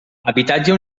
habitatge